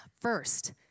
First